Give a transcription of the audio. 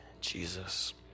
Jesus